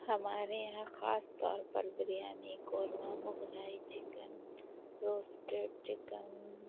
ہمارے یہاں خاص طور پر biryani korma Mughlai chicken roasted chicken